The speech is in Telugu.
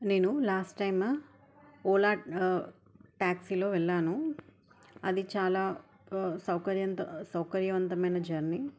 నేను లాస్ట్ టైమ్ ఓలా టాక్సీలో వెళ్ళాను అది చాలా సౌకర్యంత సౌకర్యవంతమైన జర్నీ